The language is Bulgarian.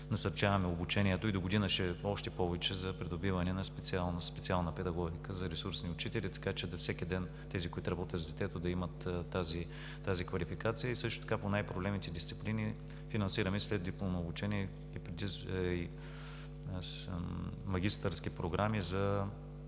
насърчаваме обучението, и догодина ще е още повече за придобиване на „Специална педагогика“ за ресурсни учители, така че всеки ден тези, които работят с детето, да имат тази квалификация. Също така по най-проблемите дисциплини финансираме следдипломно обучение и магистърски програми за